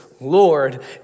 Lord